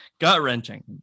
gut-wrenching